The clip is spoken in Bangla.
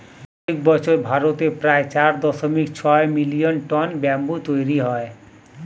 প্রত্যেক বছর ভারতে প্রায় চার দশমিক ছয় মিলিয়ন টন ব্যাম্বু তৈরী হয়